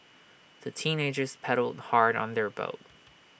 the teenagers paddled hard on their boat